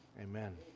Amen